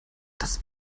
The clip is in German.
das